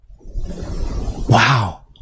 Wow